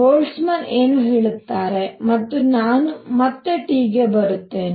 Boltzmann ಏನು ಹೇಳುತ್ತಾರೆ ಮತ್ತು ನಾನು ಮತ್ತೆ T ಗೆ ಬರುತ್ತೇನೆ